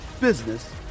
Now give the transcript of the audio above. business